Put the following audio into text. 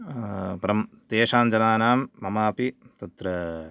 परं तेषां जनानां ममापि तत्र